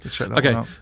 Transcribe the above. Okay